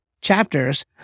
chapters